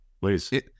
Please